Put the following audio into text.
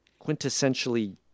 quintessentially